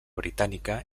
britànica